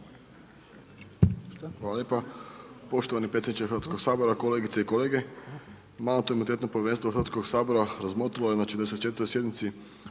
Hvala lijepa poštovani predsjedniče Hrvatskog sabora, kolegice i kolege, mandatno-imunitetno povjerenstvo Hrvatskog sabora razmotrilo je na 74. sjednici